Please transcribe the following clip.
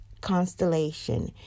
constellation